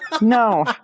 no